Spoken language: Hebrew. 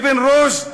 אבן רושד,